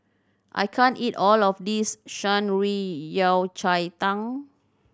I can't eat all of this Shan Rui Yao Cai Tang